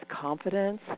confidence